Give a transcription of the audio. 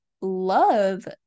love